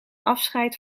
afscheid